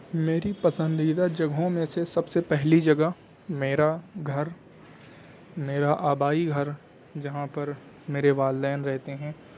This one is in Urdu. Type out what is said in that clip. میری پسندیدہ جگہوں میں سے سب سے پہلی جگہ میرا گھر میرا آبائی گھر جہاں پر میرے والدین رہتے ہیں